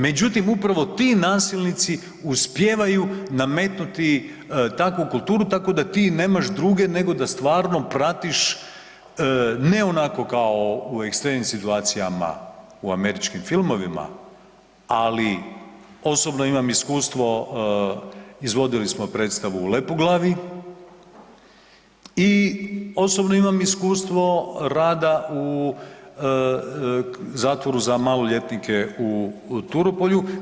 Međutim, upravo ti nasilnici uspijevaju nametnuti takvu kulturu tako da ti nemaš druge nego da stvarno pratiš, ne onako kao u ekstremnim situacijama u američkim filmovima, ali osobno imam iskustvo, izvodili smo predstavu u Lepoglavi i osobno imam iskustvo rada u zatvoru za maloljetnike u Turopolju.